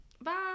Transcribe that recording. Bye